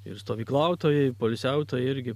ir stovyklautojai poilsiautojai irgi